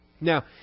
Now